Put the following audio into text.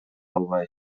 албай